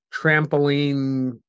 trampoline